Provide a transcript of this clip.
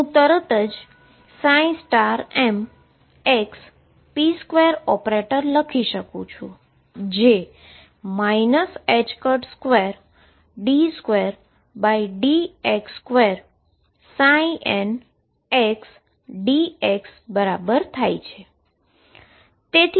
હું તરત જ mxp2 ઓપરેટર લખી શકુ છું જે 2d2dx2ndx બરાબર થાય છે